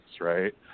right